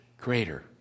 greater